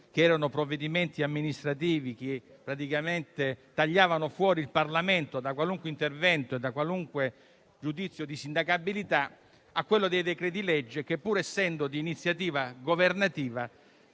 dei DPCM, provvedimenti amministrativi che in sostanza tagliavano fuori il Parlamento da qualunque intervento e giudizio di sindacabilità, a quello dei decreti-legge, che, pur essendo di iniziativa governativa,